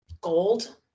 Gold